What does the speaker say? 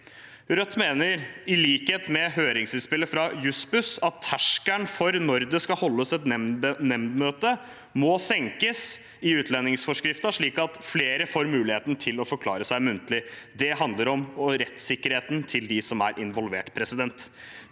Rødt mener, i likhet med høringsinnspillet fra Jussbuss, at terskelen for når det skal holdes et nemndmøte, må senkes i utlendingsforskriften, slik at flere får muligheten til å forklare seg muntlig. Det handler om rettssikkerheten til dem som er involvert. Tiden